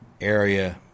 area